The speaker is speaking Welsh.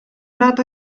nad